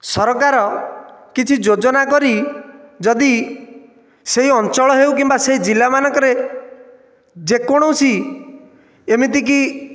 ସରକାର କିଛି ଯୋଜନା କରି ଯଦି ସେହି ଅଞ୍ଚଳ ହେଉ କିମ୍ବା ସେ ଜିଲ୍ଲା ମାନଙ୍କରେ ଯେକୌଣସି ଏମିତିକି